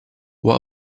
what